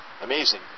Amazing